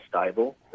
stable